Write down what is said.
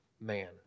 man